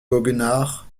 goguenard